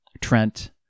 Trent